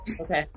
Okay